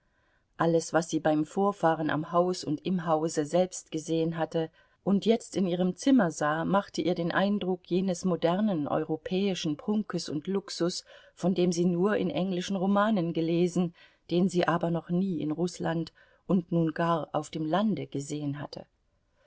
alles was sie beim vorfahren am haus und im hause selbst gesehen hatte und jetzt in ihrem zimmer sah machte ihr den eindruck jenes modernen europäischen prunkes und luxus von dem sie nur in englischen romanen gelesen den sie aber noch nie in rußland und nun gar auf dem lande gesehen hatte